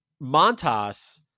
Montas